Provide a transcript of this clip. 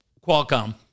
Qualcomm